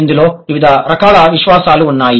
ఇందులో వివిధ రకాల విశ్వాలు ఉన్నాయి